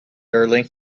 early